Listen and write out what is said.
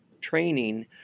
training